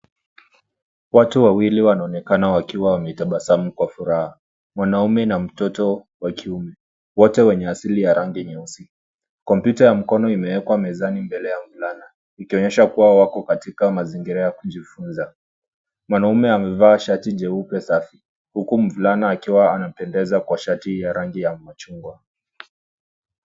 Watu wawili wanaonekana wakiwa wametabasamu kwa furaha. Mwanaume na mtoto wa kiume , wote wenye asili ya rangi nyeusi. Kompyuta ya mkono imewekwa mezani mbele ya mvulana ikionyesha kuwa wako katika mazingira ya kujifunza. Mwanaume amevaa shati jeupe safi huku mvulana akiwa anapendeza kwa shati ya rangi ya machungwa.